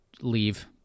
leave